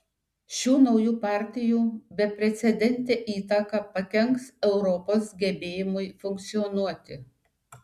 šių naujų partijų beprecedentė įtaka pakenks europos gebėjimui funkcionuoti